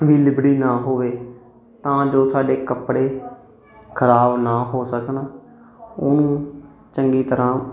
ਵੀ ਲਿਬੜੀ ਨਾ ਹੋਵੇ ਤਾਂ ਜੋ ਸਾਡੇ ਕੱਪੜੇ ਖਰਾਬ ਨਾ ਹੋ ਸਕਣ ਉਹਨੂੰ ਚੰਗੀ ਤਰ੍ਹਾਂ